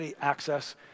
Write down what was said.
access